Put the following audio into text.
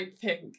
pink